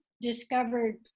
discovered